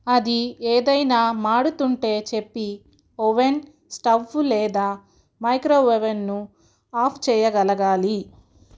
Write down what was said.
అది ఏదైనా మాడుతుంటే చెప్పి ఓవెన్ స్టవ్ లేదా మైక్రో ఒవెన్ను ఆఫ్ చేయగలగాలి